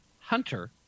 Hunter